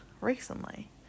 recently